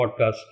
podcast